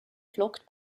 flockt